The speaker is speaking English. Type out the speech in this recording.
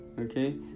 Okay